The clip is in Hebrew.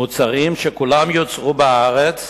מוצרים שכולם יוצרו בארץ,